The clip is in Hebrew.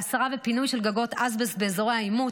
להסרה ולפינוי של גגות אסבסט באזורי העימות.